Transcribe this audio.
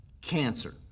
Cancer